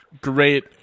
Great